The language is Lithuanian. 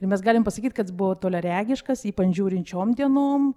ir mes galim pasakyt kad jis buvo toliaregiškas ypač žiūrint šiom dienom